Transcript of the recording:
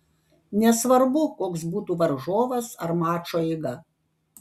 nesvarbu koks būtų varžovas ar mačo eiga